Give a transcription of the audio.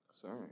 Sorry